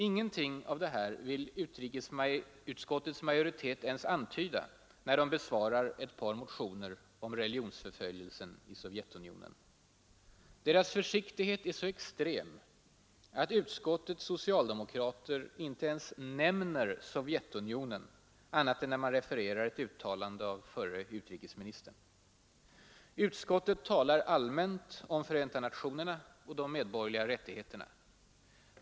Ingenting av detta vill utrikesutskottets majoritet ens antyda när man behandlar ett par motioner om religionsförföljelsen i Sovjetunionen. Deras försiktighet är så extrem att utskottets socialdemokrater inte ens nämner Sovjetunionen annat än när man refererar ett uttalande av förre utrikesministern. Utskottet talar allmänt om Förenta nationerna och de medborgerliga rättigheterna.